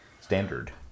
Standard